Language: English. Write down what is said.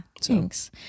thanks